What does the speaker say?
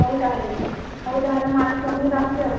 ହଉ ତାହାଲେ ହଉ ତାହାଲେ ମୁଁ ଆଜି ସନ୍ଧ୍ୟାରେ ଆସୁଛି ଆଉ